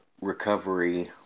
Recovery